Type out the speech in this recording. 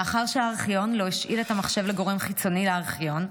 מאחר שהארכיון לא השאיל את המחשב לגורם חיצוני לארכיון,